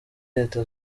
leta